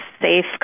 safe